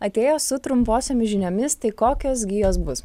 atėjo su trumposiomis žiniomis tai kokios gi jos bus